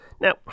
Now